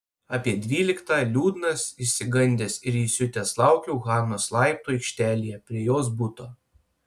apie dvyliktą liūdnas išsigandęs ir įsiutęs laukiau hanos laiptų aikštelėje prie jos buto